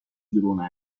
دروغ